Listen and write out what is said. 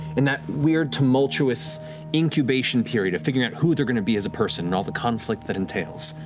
in that weird, tumultuous incubation period of figuring out who they're going to be as a person and all the conflict that entails.